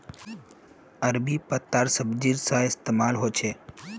अरबी पत्तार सब्जी सा इस्तेमाल होछे